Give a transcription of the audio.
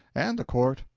and the court,